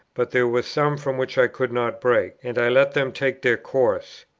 but there were some from which i could not break, and i let them take their course.